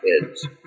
kids